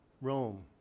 Rome